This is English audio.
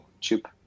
chip